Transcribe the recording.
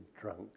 drunk